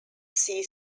sea